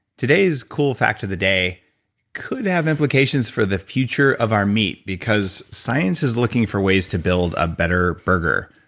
today's cool fact of the day could have implications for the future of our meat, because science is looking for ways to build a better burger,